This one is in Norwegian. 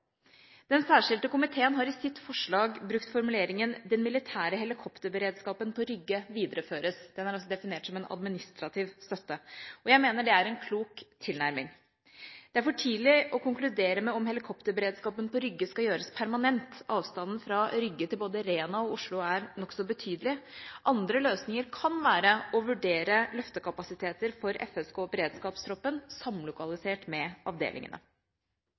Den særskilte komité har i sitt forslag til vedtak brukt formuleringen «den militære helikopterberedskapen på Rygge videreføres». Den er altså definert som en administrativ støtte. Jeg mener det er en klok tilnærming. Det er for tidlig å konkludere med om helikopterberedskapen på Rygge skal gjøres permanent. Avstanden fra Rygge til både Rena og Oslo er nokså betydelig. Andre løsninger kan være å vurdere løftekapasiteter for FSK og beredskapstroppen samlokalisert med avdelingene.